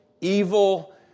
evil